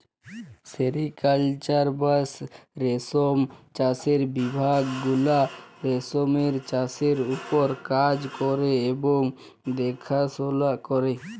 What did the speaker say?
sericulture বা রেশম চাষের বিভাগ গুলা রেশমের চাষের উপর কাজ ক্যরে এবং দ্যাখাশলা ক্যরে